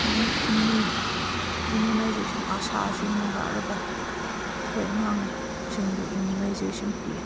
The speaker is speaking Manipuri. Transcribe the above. ꯅꯨꯃꯤꯠ ꯑꯅꯤ ꯏꯃ꯭ꯌꯨꯅꯥꯏꯖꯦꯁꯟ ꯑꯥꯁꯥꯁꯤꯡꯅ ꯂꯥꯛꯂꯒ ꯑꯩꯈꯣꯏ ꯑꯉꯥꯡꯁꯤꯡꯕꯨ ꯏꯃ꯭ꯌꯨꯅꯥꯏꯖꯦꯁꯟ ꯄꯤ